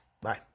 Bye